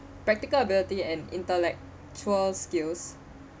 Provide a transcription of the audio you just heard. practical ability and intellectual skills